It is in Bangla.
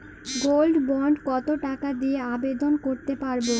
গোল্ড বন্ড কত টাকা দিয়ে আবেদন করতে পারবো?